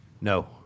No